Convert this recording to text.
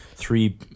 three